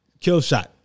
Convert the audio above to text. Killshot